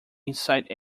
inside